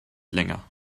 länger